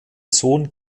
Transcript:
sohn